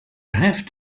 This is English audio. have